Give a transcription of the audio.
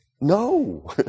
No